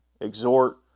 exhort